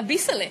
א-ביסלע.